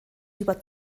über